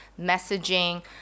messaging